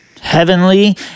heavenly